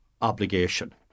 obligation